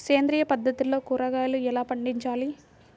సేంద్రియ పద్ధతిలో కూరగాయలు ఎలా పండించాలి?